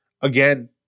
again